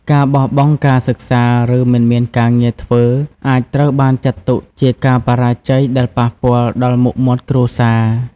ការបោះបង់ការសិក្សា ឬមិនមានការងារធ្វើ អាចត្រូវបានចាត់ទុកជាការបរាជ័យដែលប៉ះពាល់ដល់មុខមាត់គ្រួសារ។